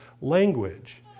language